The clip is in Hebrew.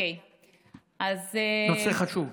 נושא חשוב.